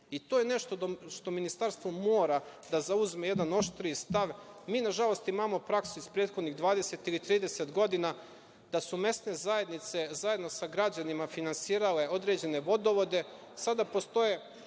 I to je nešto što Ministarstvo mora da zauzme jedan oštriji stav. Mi nažalost imamo praksu iz prethodnih 20 ili 30 godina da su mesne zajednice zajedno sa građanima finansirale određene vodovode.